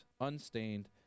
unstained